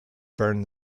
burned